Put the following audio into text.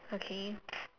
okay